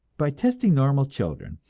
by testing normal children,